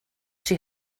she